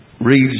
reads